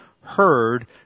heard